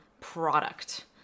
product